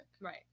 right